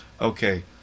Okay